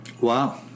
Wow